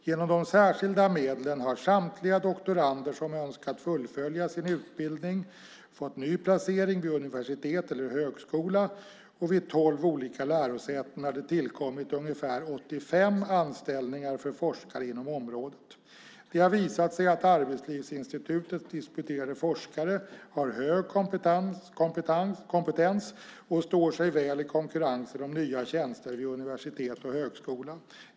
Genom de särskilda medlen har samtliga doktorander som önskat fullfölja sin utbildning fått ny placering vid universitet eller högskola, och vid tolv olika lärosäten har det tillkommit ungefär 85 anställningar för forskare inom området. Det har visat sig att Arbetslivsinstitutets disputerade forskare har hög kompetens och står sig väl i konkurrensen om nya tjänster vid universitet och högskola.